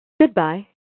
Goodbye